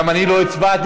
גם אני לא הצבעתי?